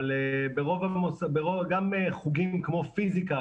אבל גם חוגים כמו פיזיקה,